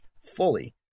fully